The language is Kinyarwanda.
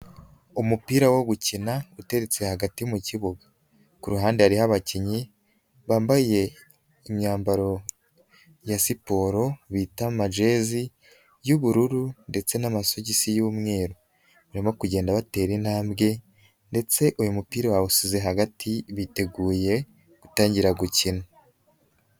Umupira wo gukina uteretse hagati mu kibuga, ku ruhande hariho abakinnyi bambaye imyambaro ya siporo bita amajezi y'ubururu ndetse n'amasogisi y'umweru, barimo kugenda batera intambwe ndetse uyu mupira bawusize hagati biteguye gutangira gukina.